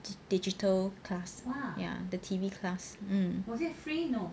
the digital class um ya the T_V class um